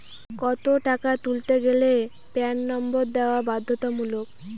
কত টাকা তুলতে গেলে প্যান নম্বর দেওয়া বাধ্যতামূলক?